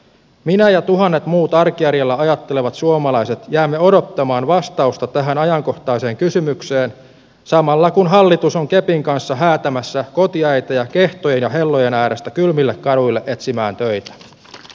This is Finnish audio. minä ja tuhannet muut arkijärjellä ajattelevat suomalaiset jäämme odottamaan vastausta tähän ajankohtaiseen kysymykseen samalla kun hallitus on kepin kanssa häätämässä kotiäitejä kehtojen ja hellojen äärestä kylmille kaduille etsimään töitä